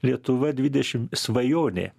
lietuva dvidešim svajonė